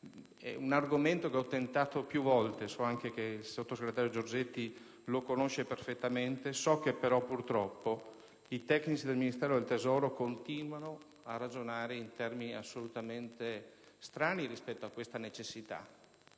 un argomento che ho tentato più volte, so anche che il sottosegretario Giorgetti lo conosce perfettamente e so che però, purtroppo, i tecnici del Ministero dell'economia continuano a ragionare in termini assolutamente strani rispetto a questa necessità.